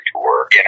Tour